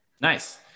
Nice